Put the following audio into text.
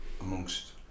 amongst